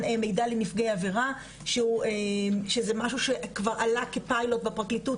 מידע לנפגעי עבירה וזה כבר עלה כפיילוט בפרקליטות